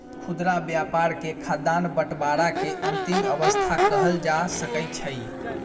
खुदरा व्यापार के खाद्यान्न बंटवारा के अंतिम अवस्था कहल जा सकइ छइ